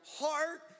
heart